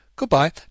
Good-bye